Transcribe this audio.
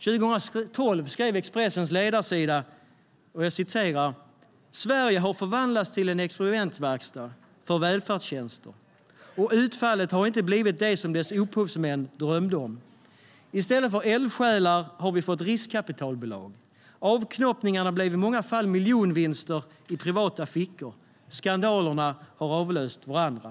År 2012 skrevs det på Expressens ledarsida: Sverige har förvandlats till en experimentverkstad för välfärdstjänster, och utfallet har inte blivit det som dess upphovsmän drömde om. I stället för eldsjälar har vi fått riskkapitalbolag. Avknoppningarna blev i många fall miljonvinster i privata fickor. Skandalerna har avlöst varandra.